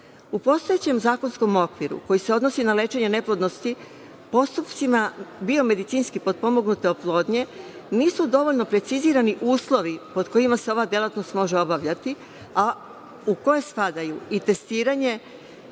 postojećem zakonskom okviru koji se odnosi na lečenje neplodnosti, u postupcima biomedicinske potpomognute oplodnje nisu dovoljno precizirani uslovi pod kojima se ova delatnost može obavljati, a u koje spadaju i testiranje,